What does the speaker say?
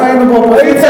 אנחנו היינו באופוזיציה,